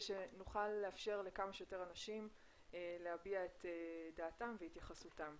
שנוכל לאפשר לכמה שיותר אנשים להביע את דעתם והתייחסותם.